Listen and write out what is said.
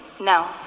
no